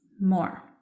more